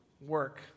work